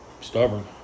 stubborn